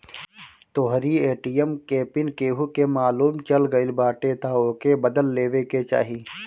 तोहरी ए.टी.एम के पिन केहू के मालुम चल गईल बाटे तअ ओके बदल लेवे के चाही